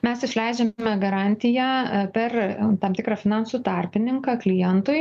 mes išleidžiame garantiją per tam tikrą finansų tarpininką klientui